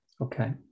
Okay